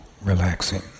relaxing